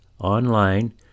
online